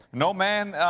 no man,